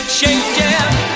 changing